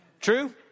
True